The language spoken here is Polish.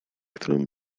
którą